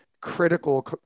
critical